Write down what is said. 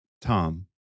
Tom